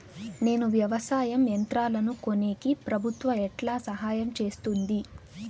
నేను వ్యవసాయం యంత్రాలను కొనేకి ప్రభుత్వ ఎట్లా సహాయం చేస్తుంది?